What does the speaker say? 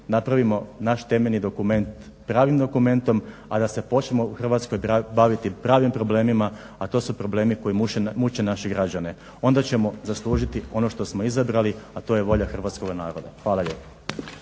napravimo naš temeljni dokument pravim dokumentom, a da se počnemo u Hrvatskoj baviti pravim problemima, a to su problemi koji muče naše građane. Onda ćemo zaslužiti ono što smo izabrali, a to je volja hrvatskoga naroda. Hvala